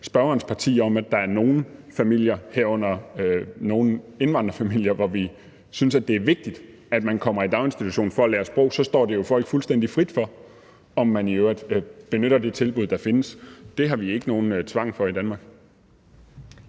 nogle familier, herunder nogle indvandrerfamilier, hvor vi synes, det er vigtigt, at man kommer i daginstitution for at lære sprog, står det jo folk fuldstændig frit for, om man i øvrigt benytter de tilbud, der findes. Det har vi ikke nogen tvang af i Danmark.